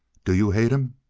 do you hate him?